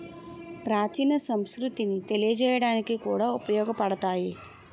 ప్రాచీన సంస్కృతిని తెలియజేయడానికి కూడా ఉపయోగపడతాయి